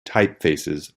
typefaces